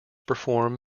perform